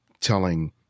telling